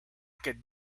could